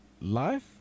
life